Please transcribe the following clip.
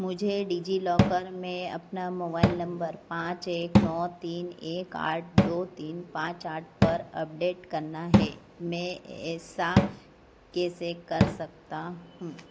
मुझे डिजिलॉकर में अपना मोबाइल नंबर पाँच एक नौ तीन एक आठ दो तीन पाँच आठ पर अपडेट करना है मैं ऐसा कैसे कर सकता हूँ